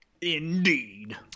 Indeed